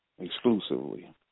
exclusively